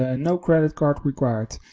ah no credit card required.